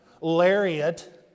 Lariat